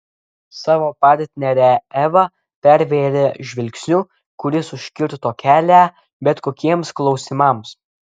savo partnerę eva pervėrė žvilgsniu kuris užkirto kelią bet kokiems klausimams